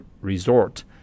resort